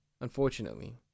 Unfortunately